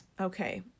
Okay